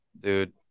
dude